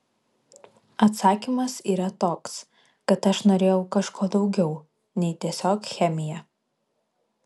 atsakymas yra toks kad aš norėjau kažko daugiau nei tiesiog chemija